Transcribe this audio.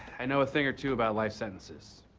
i know a thing or two about life sentences.